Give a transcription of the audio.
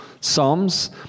psalms